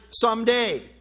someday